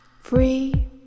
free